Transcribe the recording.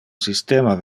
systema